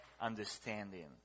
understanding